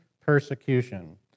persecution